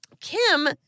Kim